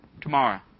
Tomorrow